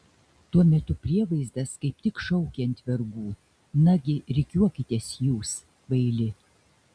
tuo metu prievaizdas kaip tik šaukė ant vergų nagi rikiuokitės jūs kvaili